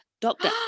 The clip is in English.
doctor